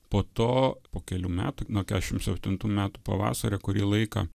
po to po kelių metų nuo keturiasdešim septintų metų pavasario kurį laiką